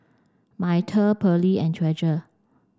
Myrta Pearly and Treasure